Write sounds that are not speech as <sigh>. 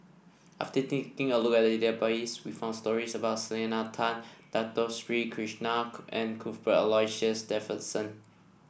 after taking a look at the database we found stories about Selena Tan Dato Sri Krishna <unintelligible> and Cuthbert Aloysius Shepherdson